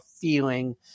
feeling